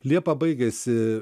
liepą baigiasi